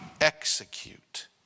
execute